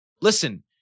Listen